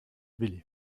willi